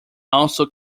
also